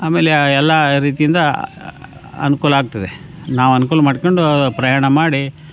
ಆಮೇಲೆ ಎಲ್ಲ ರೀತಿಯಿಂದ ಅನುಕೂಲಾಗ್ತದೆ ನಾವು ಅನ್ಕೂಲ ಮಾಡ್ಕೊಂಡು ಪ್ರಯಾಣ ಮಾಡಿ